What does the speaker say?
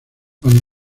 juan